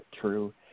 true